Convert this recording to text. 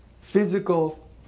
physical